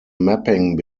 mapping